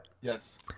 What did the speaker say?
yes